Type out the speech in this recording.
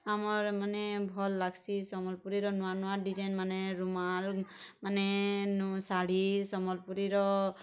ଆମର୍ମାନେ ଭଲ୍ ଲାଗ୍ସି ସମ୍ବଲପୁରୀର ନୂଆ ନୂଆ ଡିଜାଇନ୍ ମାନେ ରୁମାଲ ମାନେ ନୁ ଶାଢ଼ି ସମ୍ବଲପୁରୀର